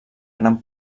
gran